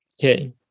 Okay